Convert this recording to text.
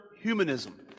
humanism